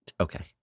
Okay